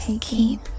Keep